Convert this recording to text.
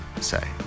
say